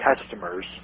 customers